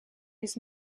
his